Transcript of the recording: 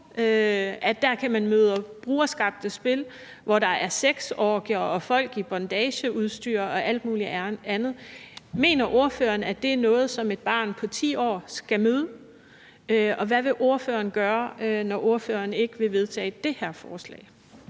bruger, kan møde brugerskabte spil, hvor der er sexorgier og folk i bondageudstyr og alt mulig andet? Mener ordføreren, at det er noget, som et barn på 10 år skal møde? Og hvad vil ordføreren gøre, når ordføreren ikke vil stemme for det her forslag?